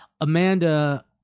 amanda